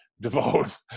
devote